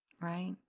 Right